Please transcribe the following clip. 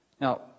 Now